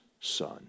Son